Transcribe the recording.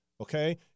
okay